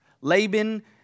Laban